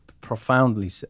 profoundly